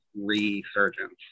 resurgence